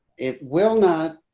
it will not.